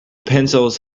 pencils